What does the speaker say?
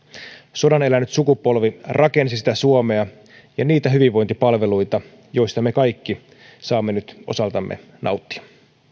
sodan elänyt sukupolvi rakensi sitä suomea ja niitä hyvinvointipalveluita joista me kaikki saamme nyt osaltamme nauttia